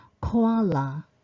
Koala